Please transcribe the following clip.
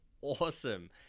awesome